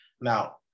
Now